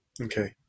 Okay